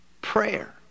Prayer